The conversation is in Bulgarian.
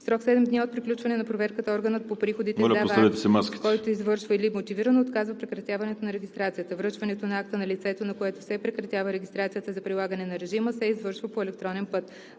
срок 7 дни от приключване на проверката органът по приходите издава акт, с който извършва или мотивирано отказва прекратяването на регистрацията. Връчването на акта на лицето, на което се прекратява регистрацията за прилагане на режима, се извършва по електронен път.